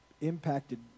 impacted